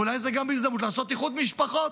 ואולי זו גם הזדמנות לעשות איחוד משפחות.